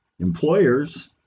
employers